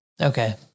Okay